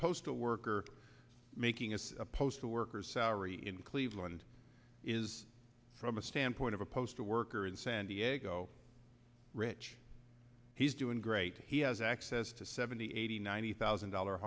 postal worker making us a postal worker salary in cleveland is from a standpoint of a postal worker in san diego rich he's doing great he has access to seventy eighty ninety thousand dollar